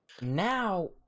now